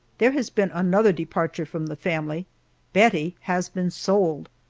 there has been another departure from the family bettie has been sold!